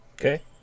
Okay